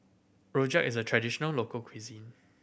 rojak is a traditional local cuisine